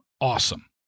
Awesome